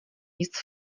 nic